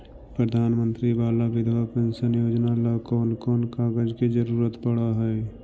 प्रधानमंत्री बाला बिधवा पेंसन योजना ल कोन कोन कागज के जरुरत पड़ है?